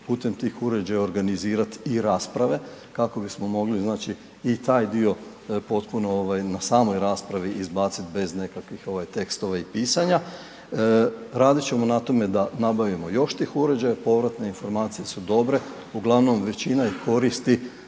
putem tih uređaja organizirat i rasprave, kako bismo mogli znači i taj dio potpuno ovaj na samoj raspravi izbacit bez nekakvih ovaj tekstova i pisanja. Radit ćemo na tome da nabavimo još tih uređaja, povratne informacije su dobre, uglavnom većina ih koristi